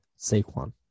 Saquon